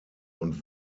und